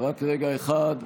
רק רגע אחד.